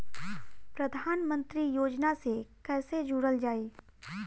प्रधानमंत्री योजना से कैसे जुड़ल जाइ?